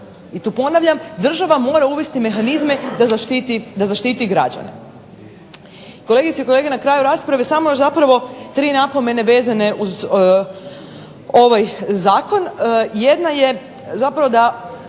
I tu ponavljam, država mora uvesti mehanizme da zaštiti građane. Kolegice i kolege, na kraju rasprave samo još tri napomene vezene uz ovaj zakon. Jedna je da primjena